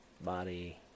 body